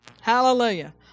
Hallelujah